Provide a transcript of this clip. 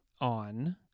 on